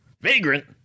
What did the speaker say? vagrant